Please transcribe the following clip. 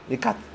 they cut